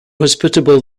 hospitable